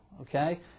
okay